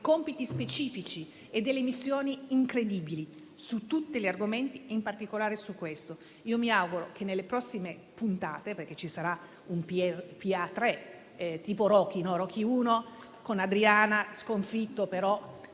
compiti specifici e delle missioni incredibili su tutti gli argomenti e, in particolare, su questo. Mi auguro che nelle prossime puntate, perché ci sarà un decreto PA 3 - tipo Rocky, Rocky 1 con Adriana sconfitto,